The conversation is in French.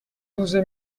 douze